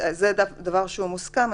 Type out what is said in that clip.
"הנציג המוסמך"